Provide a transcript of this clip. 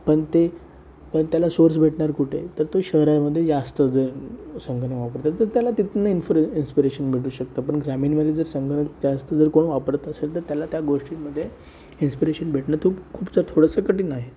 पण ते पण त्याला सोर्स भेटणार कुठे तर तो शहरामध्ये जास्तच आहे संगणक वापरतात तर त्याला तिथनं इन्फर इंस्पिरेशन भेटू शकतं पण ग्रामीणमध्ये जर संगणक जास्त जर कोण वापरत असेल तर त्याला त्या गोष्टींमध्ये इंस्पिरेशन भेटणं थूप खूपसं थोडंसं कठीण आहे